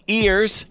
ears